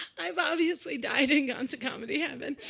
i've obviously died and and to comedy heaven.